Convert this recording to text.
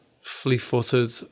flea-footed